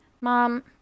mom